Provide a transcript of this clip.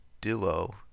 duo